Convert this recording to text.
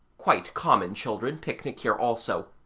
quite common children picnic here also,